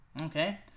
Okay